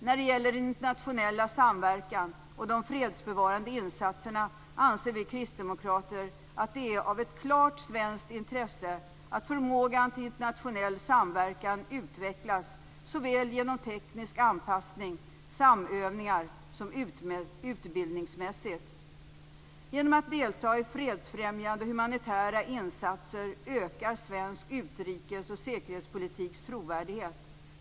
När det gäller den internationella samverkan och de fredsbevarande insatserna anser vi kristdemokrater att det är av klart svenskt intresse att förmågan till internationell samverkan utvecklas såväl genom teknisk anpassning och samövningar som utbildningsmässigt. Genom att delta i fredsfrämjande och humanitära insatser ökar svensk utrikes och säkerhetspolitiks trovärdighet.